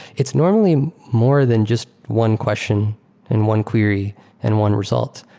it's normally more than just one question and one query and one result.